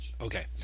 Okay